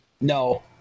No